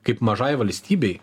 kaip mažai valstybei